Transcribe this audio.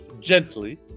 gently